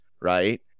right